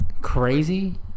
crazy